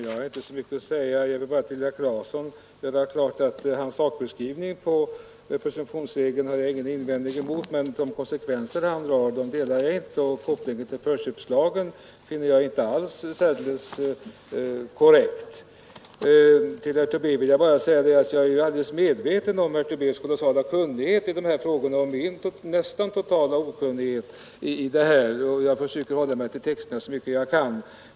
Fru talman! Jag vill för herr Claeson bara göra klart att hans sakbeskrivning av presumtionsregeln har jag ingen invändning mot, men de konsekvenser han drar delar jag inte, och kopplingen till förköpslagen finner jag inte särdeles korrekt. Till herr Tobé vill jag säga att jag är fullt medveten om hans stora kunnighet i de här frågorna i förhållande till min nästan totala okunnighet och därför har jag försökt hålla mig till texterna så mycket jag kan.